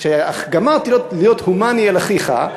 כשגמרת להיות הומני לאחיך,